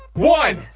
one,